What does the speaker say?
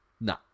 no